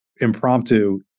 impromptu